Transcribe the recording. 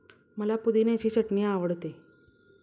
मला पुदिन्याची चटणी आवडते